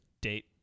date